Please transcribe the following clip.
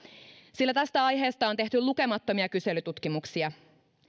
sillä tästä aiheesta on tehty lukemattomia kyselytutkimuksia